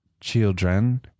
Children